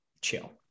chill